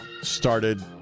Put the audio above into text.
started